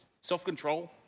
self-control